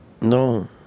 No